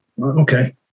Okay